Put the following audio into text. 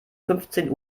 fünfzehn